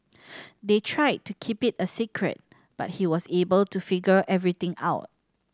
they tried to keep it a secret but he was able to figure everything out